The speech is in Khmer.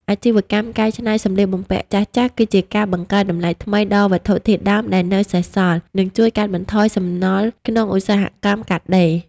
អាជីវកម្មកែច្នៃសម្លៀកបំពាក់ចាស់ៗ គឺជាការបង្កើតតម្លៃថ្មីដល់វត្ថុធាតុដើមដែលនៅសេសសល់ និងជួយកាត់បន្ថយសំណល់ក្នុងឧស្សាហកម្មកាត់ដេរ។